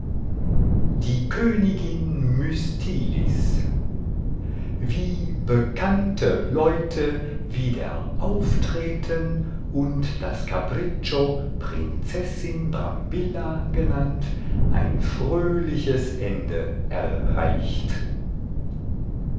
die königin mystilis wie bekannte leute wieder auftreten und das capriccio prinzessin brambilla genannt ein fröhliches ende erreicht